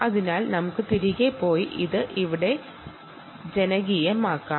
അതിനാൽ നമുക്ക് തിരികെ പോയി ഇത് പോപ്പുലേറ്റ് ചെയ്യാം